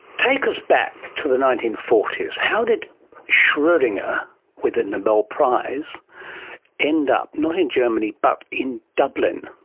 take this back to the nineteen forty s. how did schrodinger with the nobel prize end up not in germany but in dublin?